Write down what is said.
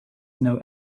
know